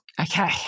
Okay